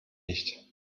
nicht